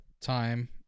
time